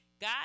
God